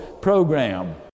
program